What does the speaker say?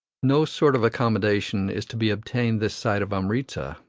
no sort of accommodation is to be obtained this side of amritza,